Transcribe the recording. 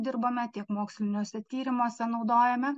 dirbame tiek moksliniuose tyrimuose naudojame